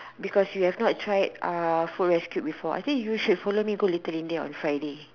because you have not try uh food rescue before I think you should follow me go little India on Friday